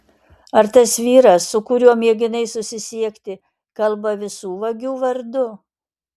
ar tas vyras su kuriuo mėginai susisiekti kalba visų vagių vardu